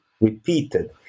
repeated